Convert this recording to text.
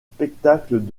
spectacles